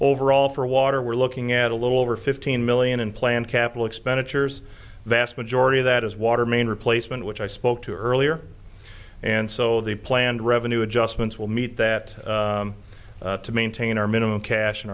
overall for water we're looking at a little over fifteen million unplanned capital expenditures vast majority of that is water main replacement which i spoke to earlier and so the planned revenue adjustments will meet that to maintain our minimum cash and